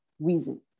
reason